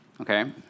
Okay